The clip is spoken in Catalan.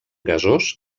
gasós